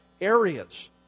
areas